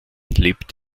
lebt